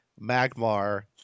Magmar